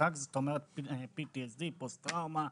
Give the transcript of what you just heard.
דחק זאת אומרת PTSD, פוסט טראומה.